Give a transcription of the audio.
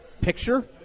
picture